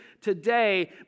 today